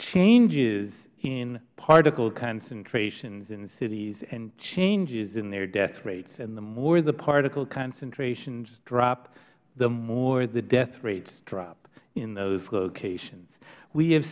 changes in particle concentrations in cities and changes in their death rates and the more the particle concentrations drop the more the death rates drop in those locations we